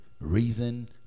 reason